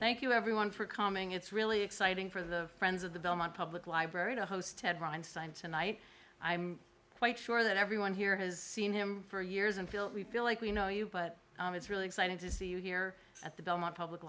thank you everyone for coming it's really exciting for the friends of the belmont public library to host ted rowlands signed tonight i'm quite sure that everyone here has seen him for years and feel like we know you but it's really exciting to see you here at the belmont public